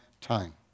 time